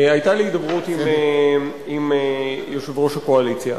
היתה לי הידברות עם יושב-ראש הקואליציה,